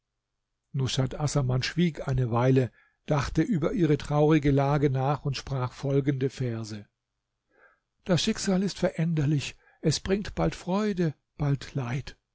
schwieg eine weile dachte über ihre traurige lage nach und sprach folgende verse das schicksal ist veränderlich es bringt bald freude bald leid